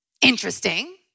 interesting